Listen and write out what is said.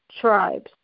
tribes